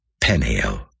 Peniel